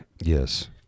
Yes